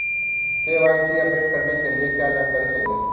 KYC update करने के लिए क्या जानकारी चाहिए?